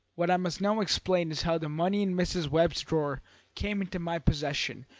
what i must now explain is how the money in mrs. webb's drawer came into my possession,